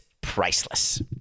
priceless